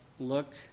look